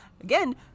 again